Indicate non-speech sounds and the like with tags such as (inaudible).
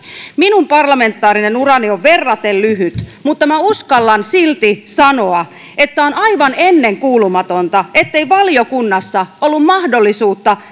minun parlamentaarinen urani on verraten lyhyt mutta minä uskallan silti sanoa että on aivan ennenkuulumatonta ettei valiokunnassa ollut mahdollisuutta (unintelligible)